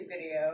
video